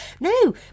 No